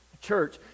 church